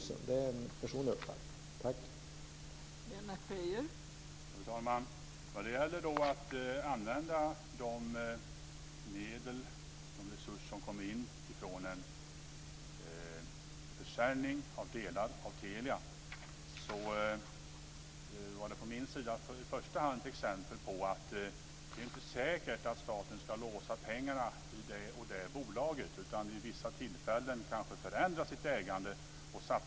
Det är min personliga uppfattning.